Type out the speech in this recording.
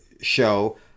show